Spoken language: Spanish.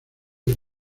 del